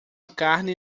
carne